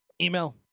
Email